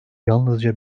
yalnızca